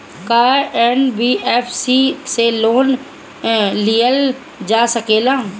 का एन.बी.एफ.सी से लोन लियल जा सकेला?